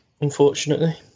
unfortunately